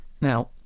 Now